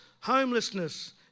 homelessness